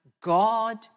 God